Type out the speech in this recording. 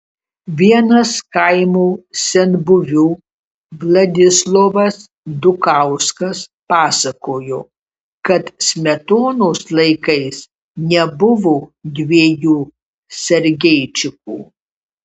vienas kaimo senbuvių vladislovas dukauskas pasakojo kad smetonos laikais nebuvo dviejų sergeičikų